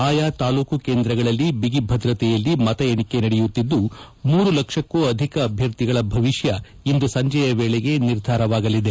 ಆಯಾ ತಾಲೂಕು ಕೇಂದ್ರಗಳಲ್ಲಿ ಬಿಗಿ ಭದ್ರತೆಯಲ್ಲಿ ಮತ ಎಣಿಕೆ ನಡೆಯುತ್ತಿದ್ದು ಮೂರು ಲಕ್ಷಕ್ಕೂ ಅಧಿಕ ಅಭ್ವರ್ಧಿಗಳ ಭವಿಷ್ಯ ಇಂದು ಸಂಜೆಯ ವೇಳಿಗೆ ನಿರ್ಧಾರವಾಗಲಿದೆ